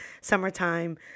summertime